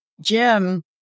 Jim